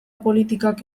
politikak